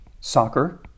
Soccer